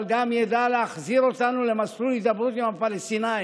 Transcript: אבל גם ידע להחזיר אותנו למסלול הידברות עם הפלסטינים.